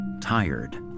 tired